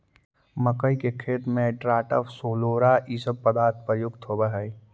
मक्कइ के खेत में एट्राटाफ, सोलोरा इ सब पदार्थ प्रयुक्त होवऽ हई